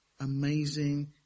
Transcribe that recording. amazing